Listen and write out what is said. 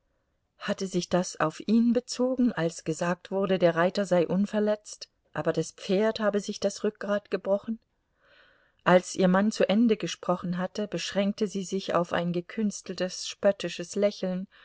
hatte sich das auf ihn bezogen als gesagt wurde der reiter sei unverletzt aber das pferd habe sich das rückgrat gebrochen als ihr mann zu ende gesprochen hatte beschränkte sie sich auf ein gekünsteltes spöttisches lächeln